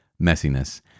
messiness